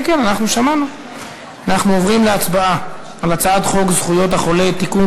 אנחנו עוברים להצבעה על הצעת חוק זכויות החולה (תיקון,